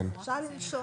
אפשר לנשום.